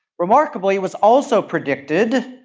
remarkably it was also predicted,